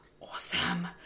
awesome